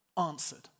answered